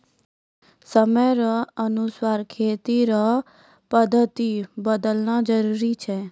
समय रो अनुसार खेती रो पद्धति बदलना जरुरी छै